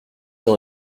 dans